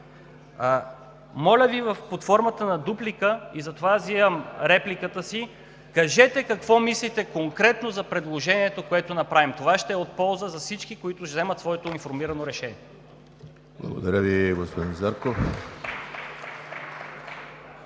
Моля Ви, под формата на дуплика – и затова взимам репликата си, кажете какво мислите конкретно за предложението, което правим? Това ще е от полза на всички, които ще вземат своето информирано решение. (Ръкопляскания от